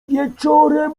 wieczorem